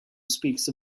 speaks